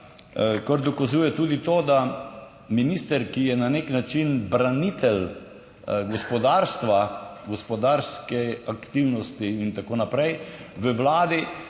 kar dokazuje tudi to, da minister, ki je na nek način branitelj gospodarstva, gospodarske aktivnosti in tako naprej, v vladi